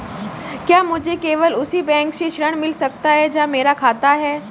क्या मुझे केवल उसी बैंक से ऋण मिल सकता है जहां मेरा खाता है?